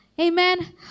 Amen